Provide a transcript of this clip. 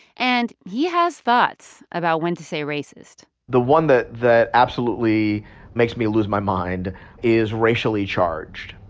and he has thoughts about when to say racist the one that that absolutely makes me lose my mind is racially-charged.